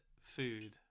food